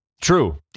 True